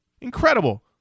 Incredible